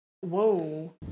Whoa